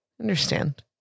understand